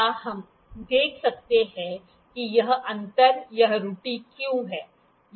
क्या हम देख सकते हैं कि यह अंतर यह त्रुटि क्यों है